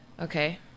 Okay